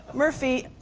murphy,